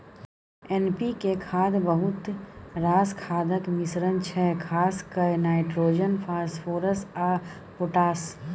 NPK खाद बहुत रास खादक मिश्रण छै खास कए नाइट्रोजन, फास्फोरस आ पोटाश